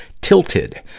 Tilted